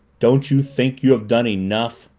don't you think you have done enough?